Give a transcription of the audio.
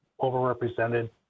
overrepresented